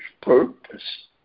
purpose